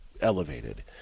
elevated